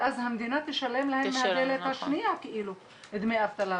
ואז המדינה תשלם להם מהדלת השנייה דמי אבטלה.